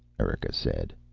erika said.